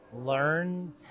learn